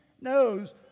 knows